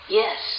yes